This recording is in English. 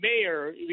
mayor